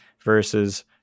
versus